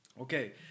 Okay